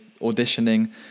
auditioning